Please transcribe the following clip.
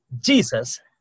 Jesus